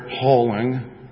hauling